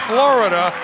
Florida